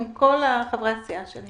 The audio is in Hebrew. עם כל חברי הסיעה שלי.